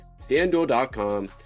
FanDuel.com